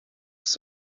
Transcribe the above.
ist